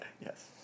Yes